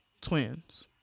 twins